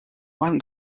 one